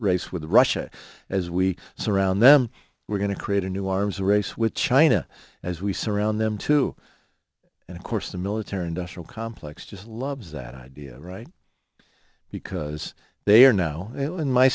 race with russia as we surround them we're going to create a new arms race with china as we surround them too and of course the military industrial complex just loves that idea right because they are now in my